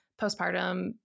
postpartum